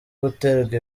guterwa